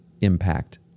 impact